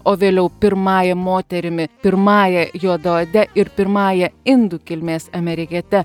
o vėliau pirmąja moterimi pirmąja juodaode ir pirmąja indų kilmės amerikiete